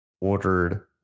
ordered